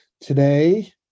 Today